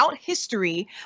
history